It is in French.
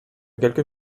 quelques